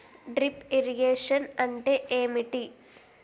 Drip irrigation అంటే ఏమిటి?